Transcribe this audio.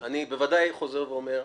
אני בוודאי חוזר ואומר,